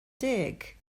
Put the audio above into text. deg